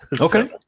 Okay